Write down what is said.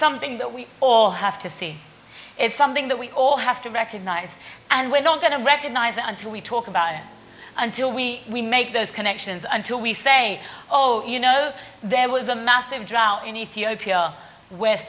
something that we all have to see it's something that we all have to recognize and we're not going to recognize until we talk about it until we we make those connections until we say oh you know there was a massive drought in ethiopia w